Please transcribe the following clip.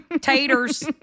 Taters